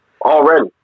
already